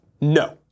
No